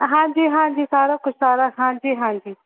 ਹਾਂਜੀ ਹਾਂਜੀ ਸਾਰਾ ਕੁਛ ਸਾਰਾ ਹਾਂਜੀ ਹਾਂਜੀ